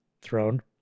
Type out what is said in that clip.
throne